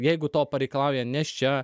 jeigu to pareikalauja nėščia